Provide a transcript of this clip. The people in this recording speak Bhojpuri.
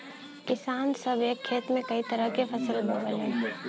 किसान सभ एक खेत में कई तरह के फसल बोवलन